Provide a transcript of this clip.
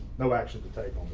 no actually the title.